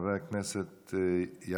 חבר הכנסת ואליד אלהואשלה,